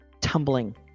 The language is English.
tumbling